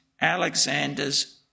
Alexander's